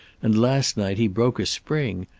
and last night he broke a spring.